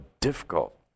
difficult